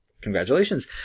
congratulations